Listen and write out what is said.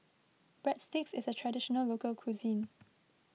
Breadsticks is a Traditional Local Cuisine